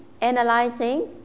analyzing